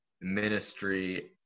ministry